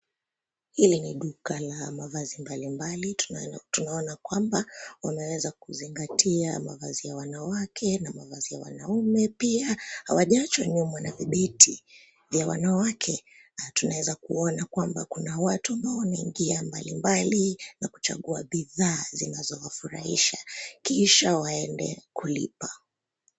Hili ni duka la mavazi mbalimbali, tunaona kwamba, umeweza kuzingatia mavazi ya wanawake na mavazi ya wanaume pia, hawajaachwa nyuma na vibeti, vya wanawake. Tunaeza kuona kwamba kuna watu ambao wameingia mbalimbali na kuchagua bidhaa zinazowafurahisha, kisha waende kulipa.